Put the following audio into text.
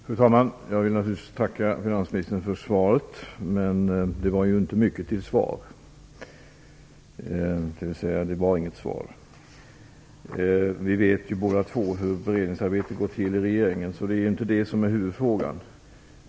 Fru talman! Jag vill naturligtvis tacka finansministern för svaret. Men det var inte mycket till svar - Vi vet ju båda hur beredningsarbetet i regeringen går till, så det är inte huvudfrågan.